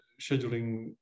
scheduling